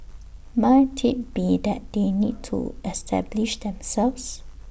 might IT be that they need to establish themselves